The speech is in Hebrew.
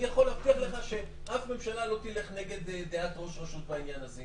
אני יכול להבטיח לך ששום ממשלה לא תלך נגד דעת ראש רשות בעניין הזה.